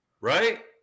right